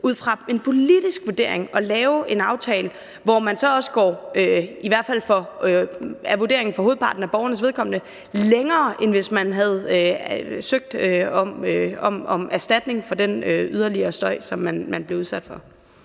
ud fra en politisk vurdering har ønsket at lave en aftale, hvor man så også, i hvert fald hvad angår hovedparten af borgerne – det er vurderingen – går længere, end hvis man havde søgt om erstatning for den yderligere støj, som man bliver udsat for.